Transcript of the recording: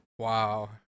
Wow